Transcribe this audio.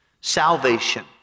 salvation